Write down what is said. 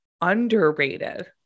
underrated